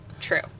true